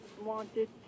wanted